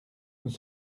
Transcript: nous